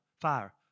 fire